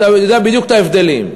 ואתה יודע בדיוק את ההבדלים.